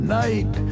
night